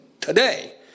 today